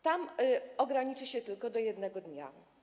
Tam ograniczy się on tylko do jednego dnia.